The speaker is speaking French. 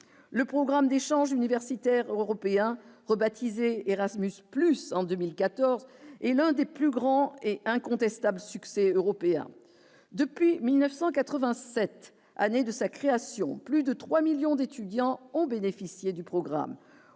le programme d'échanges universitaires européen rebaptisé Erasmus plus en 2014 et l'un des plus grands et incontestable succès européen depuis 1987 année de sa création, plus de 3 millions d'étudiants ont bénéficié du programme